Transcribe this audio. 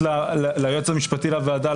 המשפטי לוועדה,